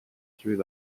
through